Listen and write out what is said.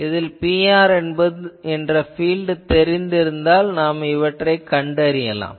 இதில் Pr என்பதை field தெரிந்திருந்தால் கண்டறியலாம்